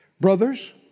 Brothers